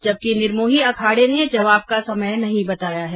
जबकि निर्मोही अखाड़े ने जवाब का समय नहीं बताया है